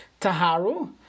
taharu